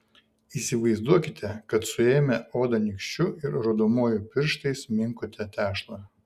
įsivaizduokite kad suėmę odą nykščiu ir rodomuoju pirštais minkote tešlą